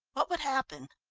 what would happen?